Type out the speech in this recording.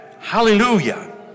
hallelujah